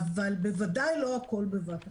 אבל בוודאי לא הכול בבת אחת.